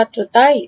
ছাত্র তা ই